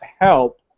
help